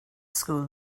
school